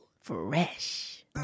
Fresh